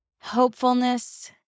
hopefulness